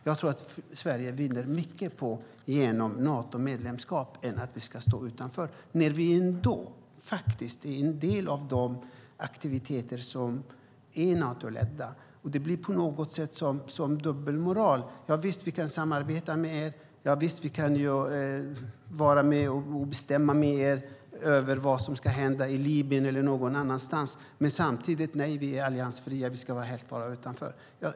Jag tror att Sverige vinner mer på ett Natomedlemskap än om vi står utanför, när vi ändå deltar i de aktiviteter som är Natoledda. Det blir på något sätt dubbelmoral: Javisst kan vi samarbeta med er! Javisst kan vi vara med er och bestämma vad som ska hända i Libyen eller någon annanstans! Men samtidigt: Nej, vi är alliansfria, och vi ska vara utanför.